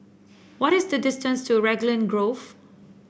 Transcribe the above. what is the distance to Raglan Grove